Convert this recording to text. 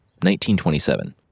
1927